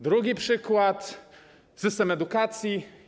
Drugi przykład, system edukacji.